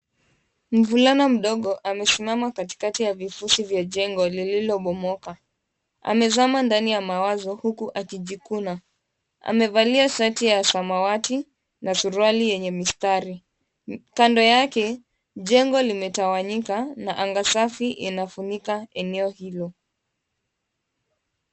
Mvulana mdogo amesimama katikati ya vifusi vya jengo lililobomoka. Amezama ndani ya mawazo huku akijikuna. Amevalia shati ya samawati na suruali yenye mistari. Kando yake jengo limetawanyika na anga safi limefunika eneo hilo.